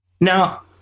Now